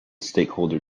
stakeholder